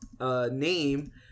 name